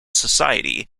society